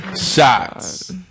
shots